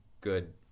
good